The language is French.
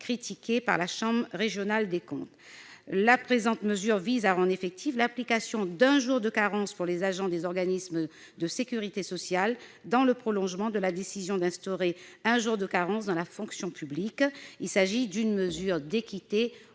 reprises par la Cour des comptes. La présente mesure vise à rendre effective l'application d'un jour de carence pour les agents des organismes de sécurité sociale, dans le prolongement de la décision d'instaurer un jour de carence dans la fonction publique. Il s'agit d'une mesure d'équité